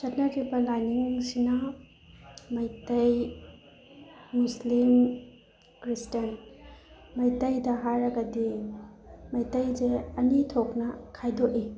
ꯆꯠꯅꯔꯤꯕ ꯂꯥꯏꯅꯤꯡꯁꯤꯅ Meitei Muslim Christian ꯃꯩꯇꯩꯗ ꯍꯥꯏꯔꯒꯗꯤ ꯃꯩꯇꯩꯁꯦ ꯑꯅꯤꯊꯣꯛꯅ ꯈꯥꯏꯗꯣꯛꯏ